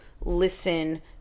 listen